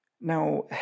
now